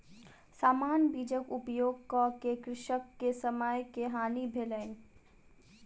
सामान्य बीजक उपयोग कअ के कृषक के समय के हानि भेलैन